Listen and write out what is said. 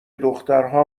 دخترها